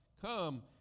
come